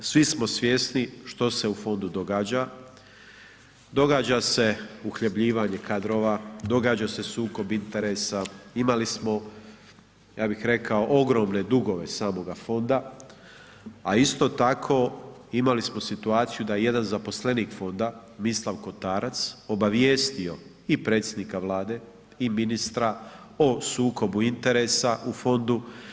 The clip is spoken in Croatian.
Svi smo svjesni što se u fondu događa, događa se uhljebljivanje kadrova, događa se sukob interesa, imali smo ja bih rekao ogromne dugove samoga fonda a isto tako imali smo situaciju da je jedan zaposlenik fonda Mislav Kotarac obavijestio i predsjednika Vlade i ministra o sukobu interesa u fondu.